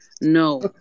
No